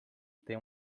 têm